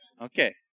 Okay